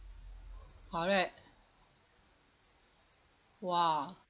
correct !wah!